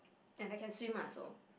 and I can swim ah so